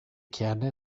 kerne